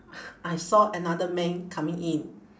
I saw another man coming in